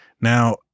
Now